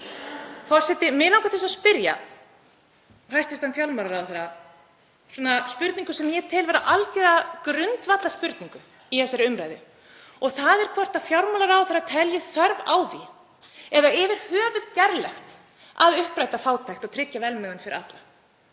að spyrja hæstv. fjármálaráðherra spurningar sem ég tel vera algjöra grundvallarspurningu í þessari umræðu og það er hvort fjármálaráðherra telji þörf á því eða yfir höfuð gerlegt að uppræta fátækt og tryggja velmegun fyrir alla.